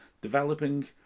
developing